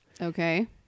Okay